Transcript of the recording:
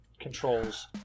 controls